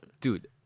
dude